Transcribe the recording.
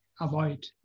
avoid